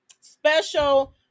special